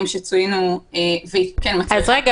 שצוינו והיא כן מצריכה ------ אז רגע,